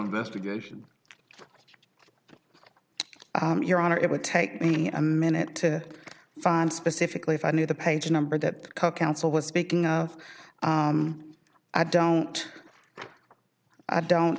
investigation your honor it would take me a minute to find specifically if i knew the page number that ca counsel was speaking of i don't i don't